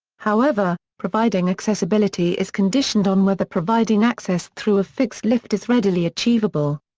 however, providing accessibility is conditioned on whether providing access through a fixed lift is readily achievable.